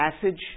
passage